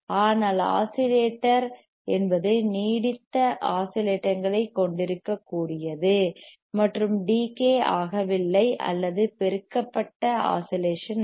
oscillator என்பது நீடித்த ஆஸிலேட்டங்களைக் கொண்டிருக்கக்கூடியது மற்றும் டிகே ஆகவில்லை அல்லது பெருக்கப்பட்ட ஆம்ப்ளிபிபைட் ஆஸிலேஷன் அல்ல